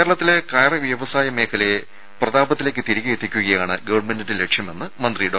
രേര കേരളത്തിലെ കയർ വ്യവസായ മേഖലയെ പ്രതാപത്തിലേക്ക് തിരികെയെത്തിക്കുകയാണ് ഗവൺമെന്റിന്റെ ലക്ഷ്യമെന്ന് മന്ത്രി ഡോ